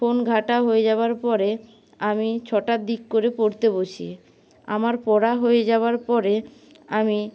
phone ঘাঁটা হয়ে যাওয়ার পরে আমি ছটার দিক করে পড়তে বসি আমার পড়া হয়ে যাওয়ার পরে আমি